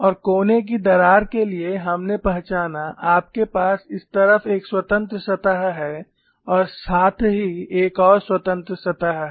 और कोने की दरार के लिए हमने पहचाना आपके पास इस तरफ एक स्वतंत्र सतह है और साथ ही एक और स्वतंत्र सतह है